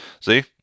see